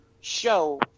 show